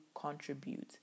contribute